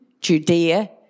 Judea